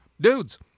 Dudes